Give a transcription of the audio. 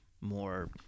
more